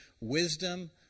wisdom